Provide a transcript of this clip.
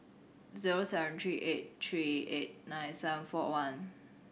zero seven three eight three eight nine seven four one